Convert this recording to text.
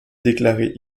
déclarés